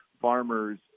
farmers